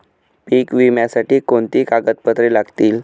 पीक विम्यासाठी कोणती कागदपत्रे लागतील?